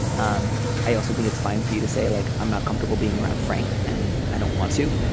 um i also think it's fine for you to say like i'm not comfortable being around frank and i don't want to.